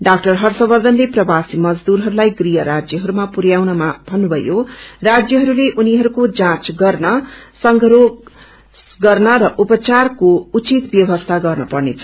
doctor हर्षवर्षनले प्रवासी मजदुरहस्ताई गृह राज्यमा पुर्याउनमा भन्नुभयो राज्यहरूले उनीहरूको जाँच गर्न सेगरोष गर्न र उपचारको उचित व्यवसी गर्न पर्नेछ